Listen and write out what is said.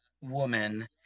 woman